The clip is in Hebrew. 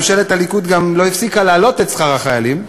ממשלת הליכוד גם לא הפסיקה להעלות את שכר החיילים,